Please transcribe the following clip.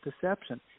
deception